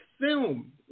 film